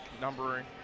numbering